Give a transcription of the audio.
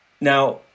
now